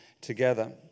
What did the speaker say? together